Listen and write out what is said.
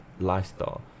lifestyle